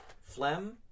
Phlegm